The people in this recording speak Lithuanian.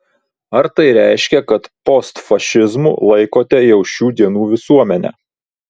ar tai reiškia kad postfašizmu laikote jau šių dienų visuomenę